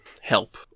help